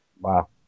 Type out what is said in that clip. wow